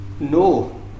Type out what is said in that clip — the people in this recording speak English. No